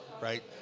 Right